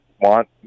want